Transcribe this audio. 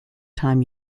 time